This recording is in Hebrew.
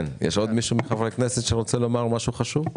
יש עוד מישהו מחברי הכנסת שרוצה לומר משהו חשוב?